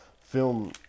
film